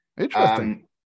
Interesting